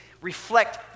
reflect